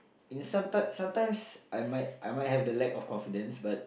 in a sometime sometimes I might I might have the lack of confidence but